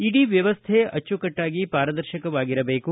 ಇಡೀ ವ್ಯವಸ್ಥೆ ಅಚ್ಚುಕಟ್ಟಾಗಿ ಪಾರದರ್ತಕವಾಗಿರಬೇಕು